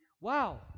wow